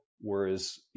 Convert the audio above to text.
whereas